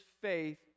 faith